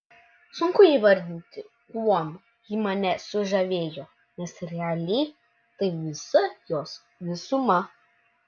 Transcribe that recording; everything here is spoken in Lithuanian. sunku įvardinti kuom ji mane sužavėjo nes realiai tai visa jos visuma